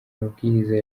mabwiriza